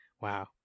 Wow